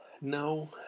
No